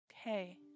Okay